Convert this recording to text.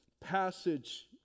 passage